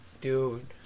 dude